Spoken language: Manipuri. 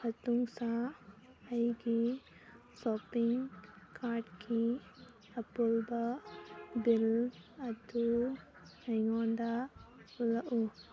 ꯃꯇꯨꯡꯁꯥ ꯑꯩꯒꯤ ꯁꯣꯞꯄꯤꯡ ꯀꯥꯔꯠꯀꯤ ꯑꯄꯨꯟꯕ ꯕꯤꯜ ꯑꯗꯨ ꯑꯩꯉꯣꯟꯗ ꯎꯠꯂꯛꯎ